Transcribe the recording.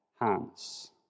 hands